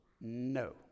no